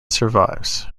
survives